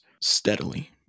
steadily